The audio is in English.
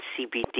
CBD